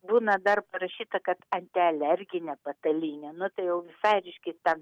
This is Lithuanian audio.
būna dar parašyta kad antialerginė patalynė nu tai jau visai reikšias ten